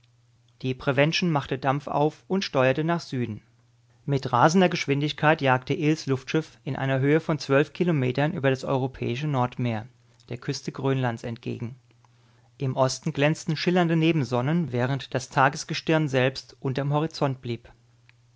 die prevention machte dampf auf und steuerte nach süden mit rasender geschwindigkeit jagte ills luftschiff in einer höhe von zwölf kilometern über das europäische nordmeer der küste grönlands entgegen im osten glänzten schillernde nebensonnen während das tagesgestirn selbst unterm horizont blieb